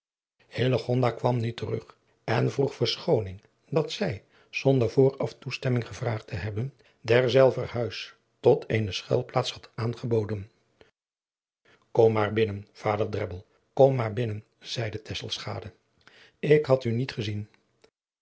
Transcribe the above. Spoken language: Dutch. kwam nu terug en vroeg verschooning dat zij zonder vooraf toestemming gevraagd te hebben derzelver huis tot eene schuilplaats had aangeboden kom maar binnen vader drebbel kom maar binnen zeide tesselschade ik had u niet gezien